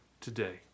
today